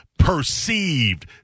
perceived